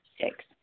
Six